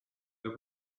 the